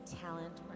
talent